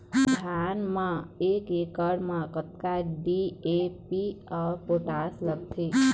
धान म एक एकड़ म कतका डी.ए.पी अऊ पोटास लगथे?